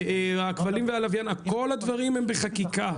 הכבלים והלוויין גם, כל הדברים האלה הם בחקיקה.